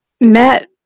met